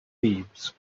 thieves